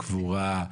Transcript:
קבורה,